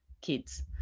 kids